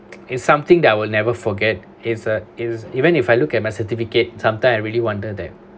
is something that I will never forget is uh is even if I look at my certificate sometime I really wonder that